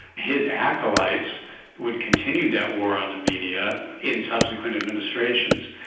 his acolytes would continue that war on the media in subsequent administrations.